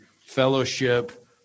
fellowship